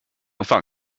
放弃